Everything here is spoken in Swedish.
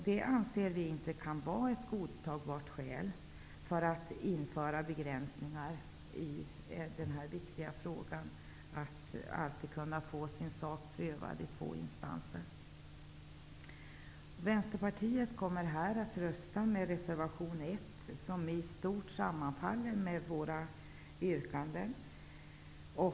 Det kan inte få vara ett godtagbart skäl för att införa begränsningar i den viktiga rätten att få sin sak prövad i två instanser. Vänsterpartiet kommer att rösta med reservation 1, som i stort sett sammanfaller med yrkandena i vår motion.